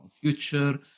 future